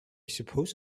suppose